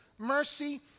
Mercy